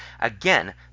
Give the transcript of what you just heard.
Again